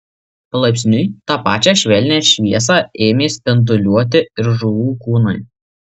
palaipsniui tą pačią švelnią šviesą ėmė spinduliuoti ir žuvų kūnai